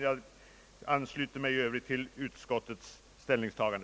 Jag ansluter mig till utskottets ställningstagande.